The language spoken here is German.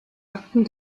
akten